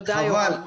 חבל.